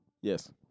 Yes